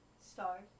start